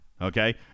okay